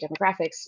demographics